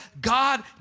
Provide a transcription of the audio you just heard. god